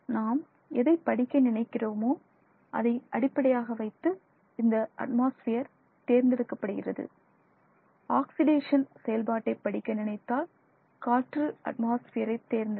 நாம் எதைப் படிக்க நினைக்கிறோமோ அதை அடிப்படையாக வைத்து இந்த அட்மாஸ்பியர் தேர்ந்தெடுக்கப்படுகிறது ஆக்சிடேஷன் செயல்பாட்டை படிக்க நினைத்தால் காற்று அட்மாஸ்பியர் ஐ தேர்ந்தெடுங்கள்